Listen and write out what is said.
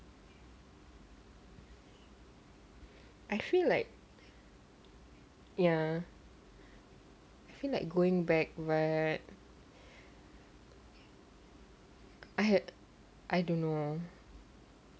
I feel like ya I feel like going back right I had I don't know